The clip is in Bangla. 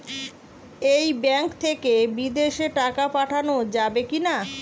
এই ব্যাঙ্ক থেকে বিদেশে টাকা পাঠানো যাবে কিনা?